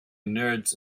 nerds